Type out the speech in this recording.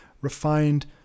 refined